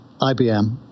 IBM